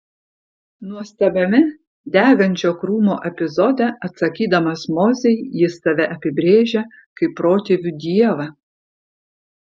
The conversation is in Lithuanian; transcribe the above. nuostabiame degančio krūmo epizode atsakydamas mozei jis save apibrėžia kaip protėvių dievą